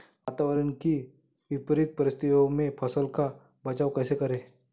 वातावरण की विपरीत परिस्थितियों में फसलों का बचाव कैसे करें?